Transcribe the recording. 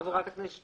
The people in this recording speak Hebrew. חברת הכנסת